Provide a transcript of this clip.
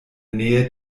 nähe